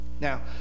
Now